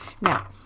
Now